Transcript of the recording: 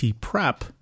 prep